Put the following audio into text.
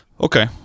Okay